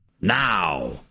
Now